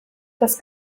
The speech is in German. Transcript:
das